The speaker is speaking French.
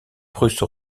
prusse